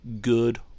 good